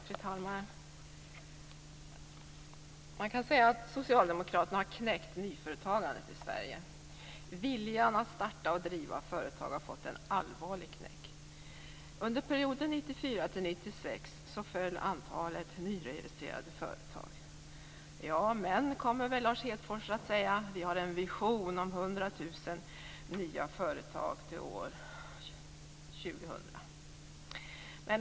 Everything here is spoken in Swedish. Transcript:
Fru talman! Man kan säga att Socialdemokraterna har knäckt nyföretagandet i Sverige. Viljan att starta och driva företag har fått en allvarlig knäck. Under perioden 1994-1996 föll antalet nyregistrerade företag. Ja, men vi har en vision om 100 000 nya företag till år 2000, kommer väl Lars Hedfors att säga.